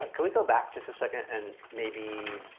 ah can we go back just a second and maybe?